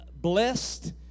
blessed